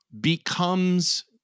becomes